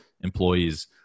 employees